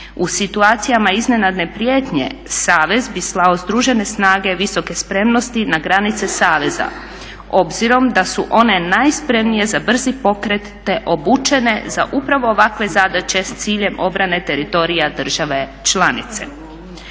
U situacijama iznenadne prijetnje savez bi slao Združene snage visoke spremnosti na granice saveza obzirom da su one najspremnije za brzi pokret te obučene za upravo ovakve zadaće s ciljem obrane teritorija države članice.